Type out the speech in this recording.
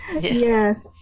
Yes